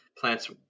plant's